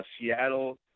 Seattle